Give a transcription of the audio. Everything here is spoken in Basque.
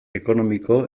ekonomiko